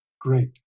Great